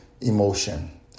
emotion